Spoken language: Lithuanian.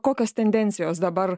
kokios tendencijos dabar